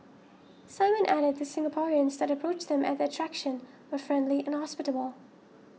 Simon added that Singaporeans that approached them at the attraction were friendly and hospitable